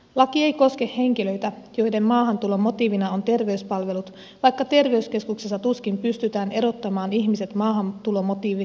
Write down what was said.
laki ei koske henkilöitä joiden maahantulon motiivina ovat terveyspalvelut vaikka terveyskeskuksessa tuskin pystytään erottamaan ihmiset maahantulomotiiviensa perusteella